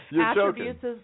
attributes